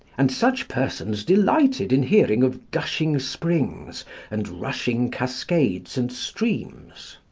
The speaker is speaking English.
and such persons delighted in hearing of gushing springs and rushing cascades and streams.